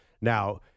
Now